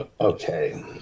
Okay